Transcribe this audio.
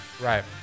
Right